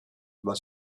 war